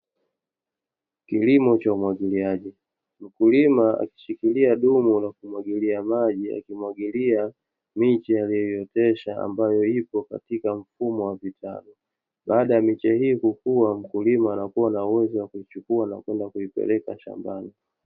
Kilimo cha umwagiliaji. Mkulima akishikilia dumu la kumwagilia maji akimwagilia miche aliyoiotesha ambayo ipo katika mfumo wa vitabu. Baada ya miche hii kukua, mkulima anakuwa na uwezo wa kuichukua na kuenda kuipeleka shambani.